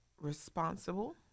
responsible